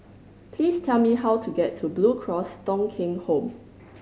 please tell me how to get to Blue Cross Thong Kheng Home